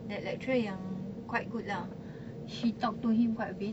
that lecturer yang quite good lah she talk to him quite a bit